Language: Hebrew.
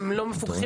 הוא סטודנט,